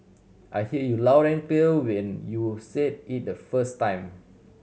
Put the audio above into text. I heard you loud and clear when you said it the first time